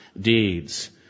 deeds